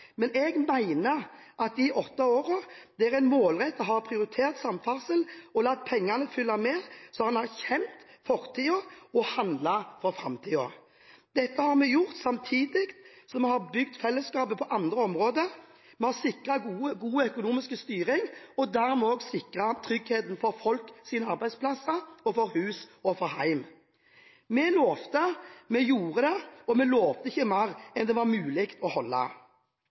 Men jeg mener at de rød-grønne i disse åtte årene, hvor man målrettet har prioritert samferdsel og latt pengene følge med, har erkjent fortiden og handlet for framtiden. Dette har vi gjort samtidig som vi har bygd fellesskapet på andre områder. Vi har sikret god økonomisk styring, og dermed også sikret tryggheten for folks arbeidsplasser, hus og hjem. Vi lovte det, vi gjorde det, og vi lovte ikke mer enn det var mulig å holde.